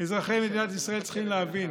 אזרחי מדינת ישראל צריכים להבין